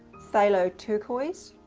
phthalo turquoise,